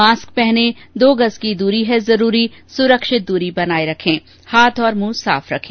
mask पहनें दो गज़ की दूरी है जरूरी सुरक्षित दूरी बनाए रखें हाथ और मुंह साफ रखें